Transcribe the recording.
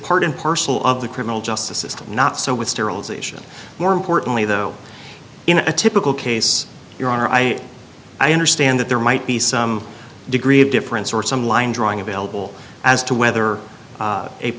part and parcel of the criminal justice system not so with sterilization more importantly though in a typical case your honor i i understand that there might be some degree of difference or some line drawing available as to whether